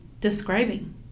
Describing